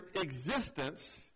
existence